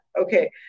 Okay